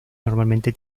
normalmente